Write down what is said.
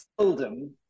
seldom